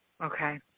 Okay